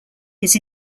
his